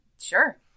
Sure